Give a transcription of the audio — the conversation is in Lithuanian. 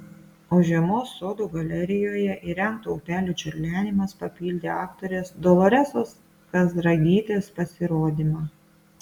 o žiemos sodo galerijoje įrengto upelio čiurlenimas papildė aktorės doloresos kazragytės pasirodymą